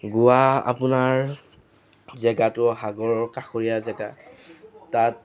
গোৱা আপোনাৰ জেগাটো সাগৰৰ কাষৰীয়া জাগা তাত